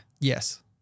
Yes